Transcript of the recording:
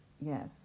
Yes